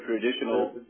traditional